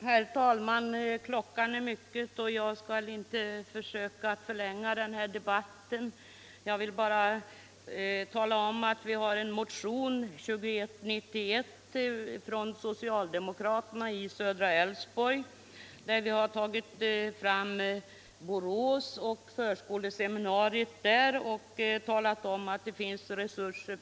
Herr talman! Klockan är mycket och jag skall inte försöka förlänga den här debatten. Jag vill bara erinra om att vi socialdemokrater i södra Älvsborgs län har väckt en motion, nr 2191, där vi har tagit upp frågan om förskoleseminariet i Borås: Vi har hemställt om en utökning där med två klasser.